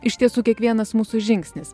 iš tiesų kiekvienas mūsų žingsnis